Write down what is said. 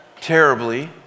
terribly